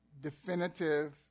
definitive